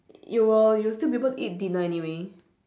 you will you'll still people to eat dinner anyway